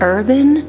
Urban